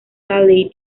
valley